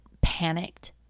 panicked